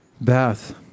bath